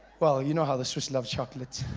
well, you know how the swiss love chocolate.